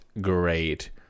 great